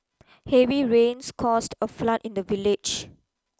heavy rains caused a flood in the village